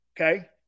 Okay